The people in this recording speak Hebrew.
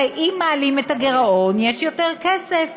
הרי אם מעלים את הגירעון, יש יותר כסף.